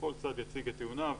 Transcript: כל צד יציג את טיעוניו,